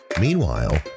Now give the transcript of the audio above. Meanwhile